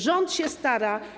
Rząd się stara.